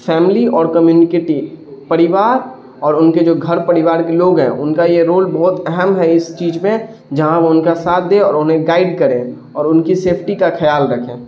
family اور community پریوار اور ان کے جو گھر پریوار کے لوگ ہیں ان کا یہ رول بہت اہم ہے اس چیز میں جہاں وہ ان کا ساتھ دیں اور انہیں گائڈ کریں اور ان کی سیفٹی کا خیال رکھیں